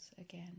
again